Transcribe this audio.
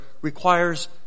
requires